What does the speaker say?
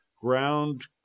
ground